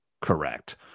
correct